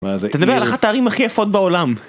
אתה מדבר על אחת הערים הכי יפות בעולם.